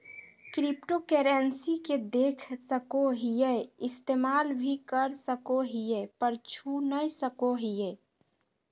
cryptocurrency के देख सको हीयै इस्तेमाल भी कर सको हीयै पर छू नय सको हीयै